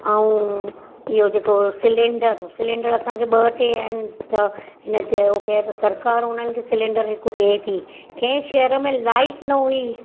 ऐं इहो जेको सिलेंडर सिलेंडर असांखे ॿ टे आहिनि त हिन चयो के सरकार हुननि खे सिलेंडर हिकु ॾे थी कंहिं शहर में लाइट न हुई